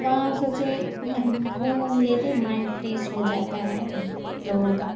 وہاں سوچے اتنا گھوم ووم لیتے مائنڈ فریش ہو جاتا ہے لوگوں کا